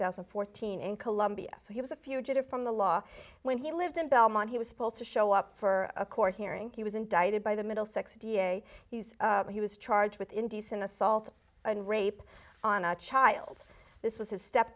thousand and fourteen in columbia so he was a fugitive from the law when he lived in belmont he was supposed to show up for a court hearing he was indicted by the middlesex d a he's he was charged with indecent assault and rape on a child this was his